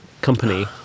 company